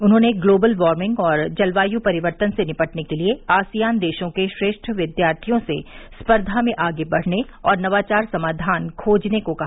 उन्होंने global warming और जलवायु परिवर्तन से निपटने के लिए आसियान देशों के श्रेष्ठ विद्यार्थियों से स्पर्धा में आगे बढ़ने और नवाचार समाधान खोजने को कहा